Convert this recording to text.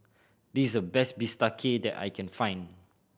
this is the best bistake that I can find